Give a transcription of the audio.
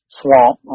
swamp